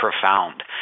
profound